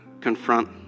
confront